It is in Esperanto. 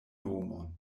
nomon